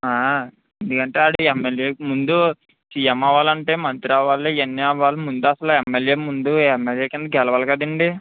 ఎందుకంటే వాడు ఎంఎల్ఏకి ముందు సీఎం అవ్వాలంటే మంత్రి అవ్వాలి ఇవన్నీ అవ్వాలి ముందు అస్సలు ఎంఎల్ఏ ముందు ఎంఎల్ఏ కింద గెలవాలి కదండి